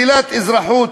שלילת אזרחות,